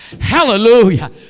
hallelujah